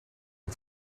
het